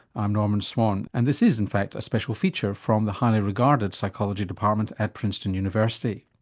i'm norman swan and this is in fact a special feature from the highly regarded psychology department at princeton university.